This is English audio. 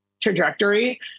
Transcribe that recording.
trajectory